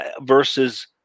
versus